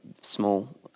small